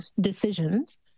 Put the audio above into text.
decisions